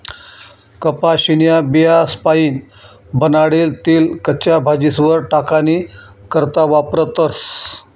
कपाशीन्या बियास्पाईन बनाडेल तेल कच्च्या भाजीस्वर टाकानी करता वापरतस